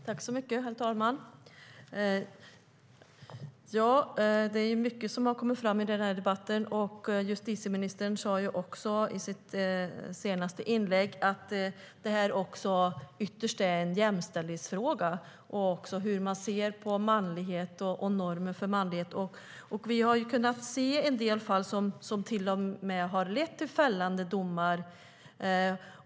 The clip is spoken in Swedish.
Herr talman! Det är mycket som har kommit fram i den här debatten. Justitieministern sade i sitt senaste inlägg att detta ytterst är en jämställdhetsfråga. Det handlar om hur man ser på manlighet och normer för manlighet. Vi har kunnat se en del fall som till och med har lett till fällande domar.